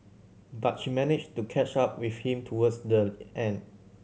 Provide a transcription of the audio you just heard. but she managed to catch up with him towards the end